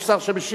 יש שר שמשיב?